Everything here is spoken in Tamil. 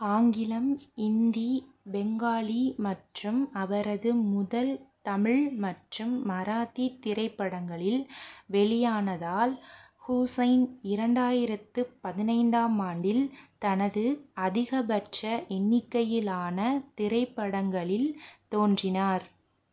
ஆங்கிலம் இந்தி பெங்காலி மற்றும் அவரது முதல் தமிழ் மற்றும் மராத்தி திரைப்படங்களில் வெளியானதால் ஹுசைன் இரண்டாயிரத்து பதினைந்து ஆம் ஆண்டில் தனது அதிகபட்ச எண்ணிக்கையிலான திரைப்படங்களில் தோன்றினார்